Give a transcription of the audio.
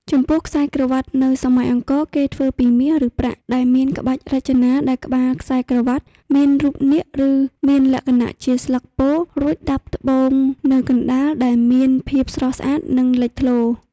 ចំពោះខ្សែក្រវាត់នៅសម័យអង្គរគេធ្វើពីមាសឬប្រាក់ដែលមានក្បាច់រចនាដែលក្បាលខ្សែក្រវ់ាតមានរូបនាគឬមានលក្ខណៈជាស្លឹកពោធិ៍រួចដាប់ត្បូងនៅកណ្ដាលដែលមានភាពស្រស់ស្អាតនិងលិចធ្លោ។